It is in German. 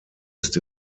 ist